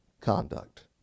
conduct